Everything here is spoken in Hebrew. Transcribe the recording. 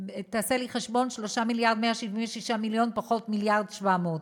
תעשה לי חשבון, 3.176 מיליארד פחות 1.7 מיליארד.